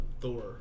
Thor